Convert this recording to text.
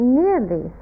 nearly